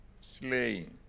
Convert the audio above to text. slaying